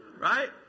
right